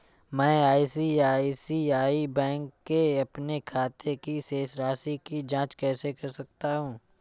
मैं आई.सी.आई.सी.आई बैंक के अपने खाते की शेष राशि की जाँच कैसे कर सकता हूँ?